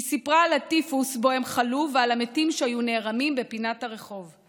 היא סיפרה על הטיפוס שבו הם חלו ועל המתים שהיו נערמים בפינת הרחוב.